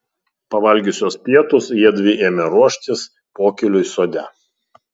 pavalgiusios pietus jiedvi ėmė ruoštis pokyliui sode